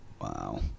Wow